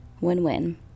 Win-win